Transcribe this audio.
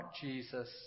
Jesus